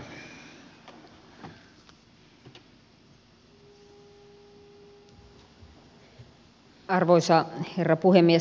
arvoisa herra puhemies